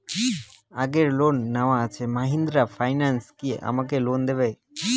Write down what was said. আগের লোন নেওয়া আছে মাহিন্দ্রা ফাইন্যান্স কি আমাকে লোন দেবে?